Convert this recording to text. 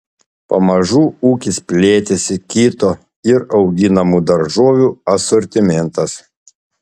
pamažu ūkis plėtėsi kito ir auginamų daržovių asortimentas